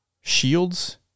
Shields